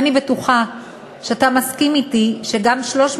ואני בטוחה שאתה מסכים אתי שגם 300